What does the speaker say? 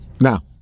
Now